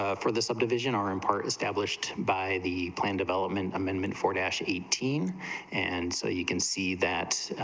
ah for the subdivision aren't part established by the plan development amendment for nasa eighteen and so you can see that's,